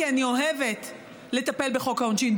כי אני אוהבת לטפל בחוק העונשין,